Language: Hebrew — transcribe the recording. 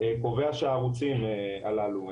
נקבע שהערוצים הללו,